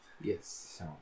Yes